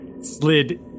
slid